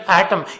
atom